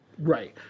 Right